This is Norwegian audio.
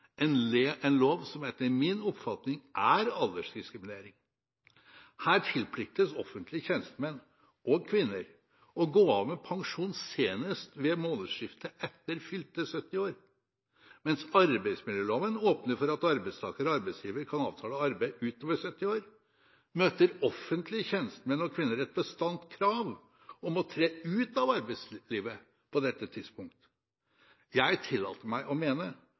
offentlige tjenestemenn, en lov som etter min oppfatning er aldersdiskriminering. Her tilpliktes offentlige tjenestemenn og -kvinner å gå av med pensjon senest ved månedsskiftet etter fylte 70 år. Mens arbeidsmiljøloven åpner for at arbeidstaker og arbeidsgiver kan avtale arbeid utover 70 år, møter offentlige tjenestemenn og -kvinner et bastant krav om å tre ut av arbeidslivet på dette tidspunkt. Jeg tillater meg å mene